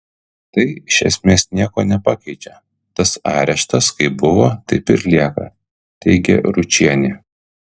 tai iš esmės nieko nepakeičia tas areštas kaip buvo taip ir lieka teigia ručienė